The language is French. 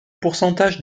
pourcentage